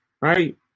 right